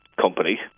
company